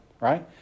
right